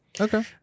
okay